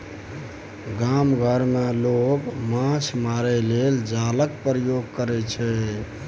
गाम घर मे लोक माछ मारय लेल जालक प्रयोग करय छै